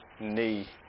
knee